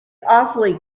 awfully